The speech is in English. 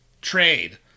Trade